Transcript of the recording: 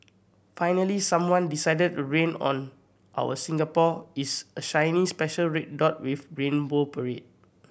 finally someone decided to rain on our Singapore is a shiny special red dot with rainbow parade